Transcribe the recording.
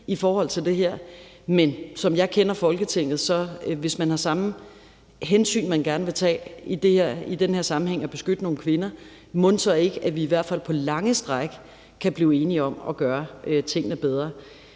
i forhold til det her, men som jeg kender Folketinget: Hvis man har samme hensyn, man gerne vil tage i den her sammenhæng, nemlig at beskytte nogle kvinder, mon så ikke vi i hvert fald på lange stræk kan blive enige om at gøre tingene bedre?